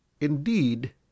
indeed